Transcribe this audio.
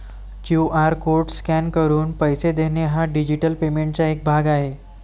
QR code scan करून पैसे देणे हा डिजिटल पेमेंटचा एक भाग आहे